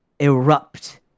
erupt